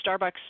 Starbucks